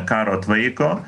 karo tvaiko